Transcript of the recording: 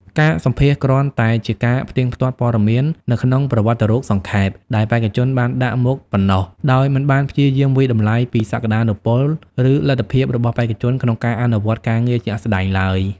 ការសម្ភាសន៍គ្រាន់តែជាការផ្ទៀងផ្ទាត់ព័ត៌មាននៅក្នុងប្រវត្តិរូបសង្ខេប ដែលបេក្ខជនបានដាក់មកប៉ុណ្ណោះ ដោយមិនបានព្យាយាមវាយតម្លៃពីសក្តានុពល ឬលទ្ធភាពរបស់បេក្ខជនក្នុងការអនុវត្តការងារជាក់ស្តែងឡើយ។